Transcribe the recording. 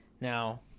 now